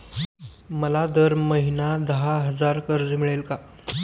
मला दर महिना दहा हजार कर्ज मिळेल का?